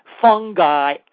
fungi